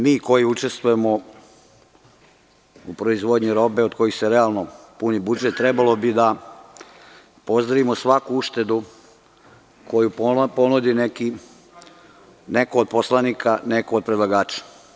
Mi koji učestvujemo u proizvodnji robe, od kojih se realno puni budžet, trebalo bi da pozdravimo svaku uštedu koju ponudi neko od poslanika, neko od predlagača.